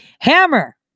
Hammer